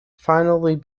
finally